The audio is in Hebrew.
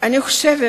חושבת